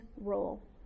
role